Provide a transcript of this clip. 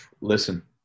listen